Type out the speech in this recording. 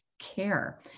care